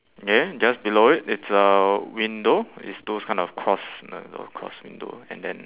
then just below it it's a window it's those kind of cross I don't know cross window and then